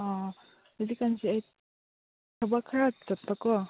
ꯍꯧꯖꯤꯛ ꯀꯥꯟꯁꯦ ꯑꯩ ꯊꯕꯛ ꯈꯔ ꯆꯠꯄꯀꯣ